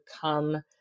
come